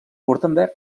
württemberg